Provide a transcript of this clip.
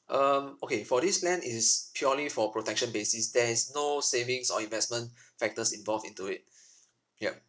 um okay for this plan it is purely for protection basis there is no savings or investment factors involved into it yup